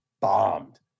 bombed